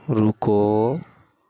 رکو